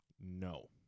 No